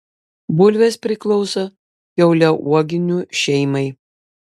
bulvės priklauso kiauliauoginių šeimai